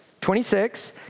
26